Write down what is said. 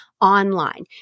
online